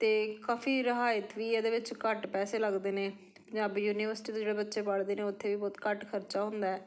ਅਤੇ ਕਾਫ਼ੀ ਰਿਆਇਤ ਵੀ ਇਹਦੇ ਵਿਚ ਘੱਟ ਪੈਸੇ ਲੱਗਦੇ ਨੇ ਪੰਜਾਬੀ ਯੂਨੀਵਰਸਿਟੀ ਦੇ ਜਿਹੜੇ ਬੱਚੇ ਪੜ੍ਹਦੇ ਨੇ ਉੱਥੇ ਵੀ ਬਹੁਤ ਘੱਟ ਖਰਚਾ ਹੁੰਦਾ